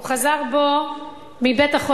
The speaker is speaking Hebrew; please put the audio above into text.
הוא חזר בו מבית-החולים,